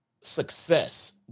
success